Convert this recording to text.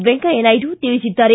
ವೆಂಕಯ್ಯ ನಾಯ್ದು ತಿಳಿಸಿದ್ದಾರೆ